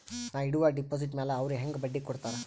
ನಾ ಇಡುವ ಡೆಪಾಜಿಟ್ ಮ್ಯಾಲ ಅವ್ರು ಹೆಂಗ ಬಡ್ಡಿ ಕೊಡುತ್ತಾರ?